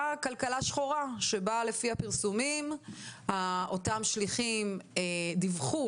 כלכלה שחורה שבה לפי הפרסומים אותם שליחים דיווחו,